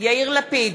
יאיר לפיד,